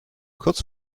kurz